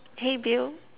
hey Bill